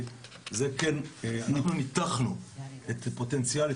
אנחנו ניתחנו את הפוטנציאל,